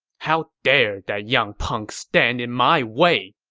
how dare that young punk stand in my way!